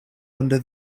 under